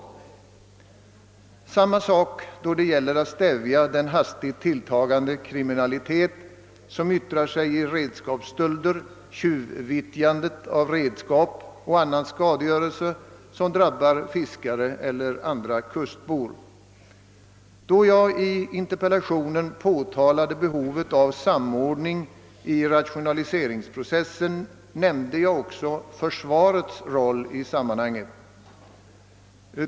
Förhållandet är detsamma då det gäller att stävja den hastigt tilltagande kriminalitet som yttrar sig i redskapsstölder, tjuvvittjande av redskap och annan skadegörelse som drabbar fiskare eller andra kustbor. Då jag i interpellationen påtalade behovet av samordning i rationaliseringsprocessen nämnde jag också försvarets roll i sammanhanget.